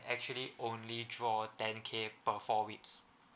actually only draw ten K per four weeks